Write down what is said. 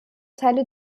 teile